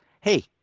hey